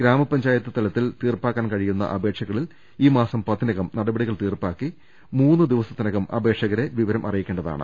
ഗ്രാമപ ഞ്ചായത്ത് തലത്തിൽ തീർപ്പാക്കാൻ കഴിയുന്ന അപേക്ഷക ളിൽ ഈ മാസം പത്തിനകം നടപടികൾ തീർപ്പാക്കി മൂന്നുദി വസത്തിനകം അപേക്ഷകരെ വിവരം അറിയിക്കേണ്ടതാണ്